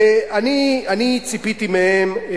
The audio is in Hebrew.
אני ציפיתי מהם,